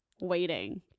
waiting